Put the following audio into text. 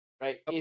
right